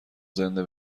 زنده